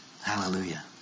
Hallelujah